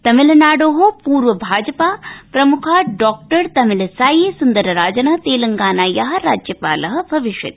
तमिलनाडो पूर्वभाजपा प्रम्खा डॉ तमिलसाई सुंदरराजन तेलंगानाया राज्यपाल भविष्यति